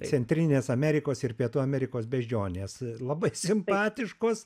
centrinės amerikos ir pietų amerikos beždžionės labai simpatiškos